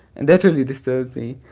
and that really disturbs me.